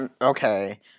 okay